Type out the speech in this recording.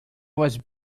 was